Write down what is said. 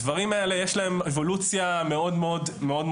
הדברים האלה, יש להם אבולוציה מאוד ברורה.